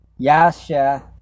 Yasha